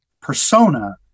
persona